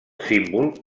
símbol